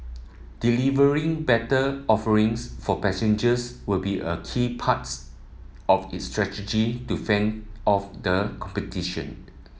delivering better offerings for passengers will be a key parts of its strategy to fend off the competition